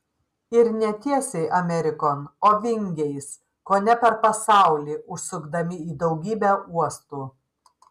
ir ne tiesiai amerikon o vingiais kone per pasaulį užsukdami į daugybę uostų